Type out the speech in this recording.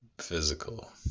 physical